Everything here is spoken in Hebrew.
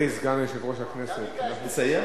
חברי סגן יושב-ראש הכנסת, לסיים?